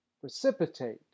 precipitate